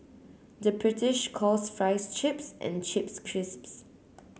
the British calls fries chips and chips